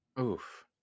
oof